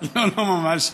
לא, לא ממש.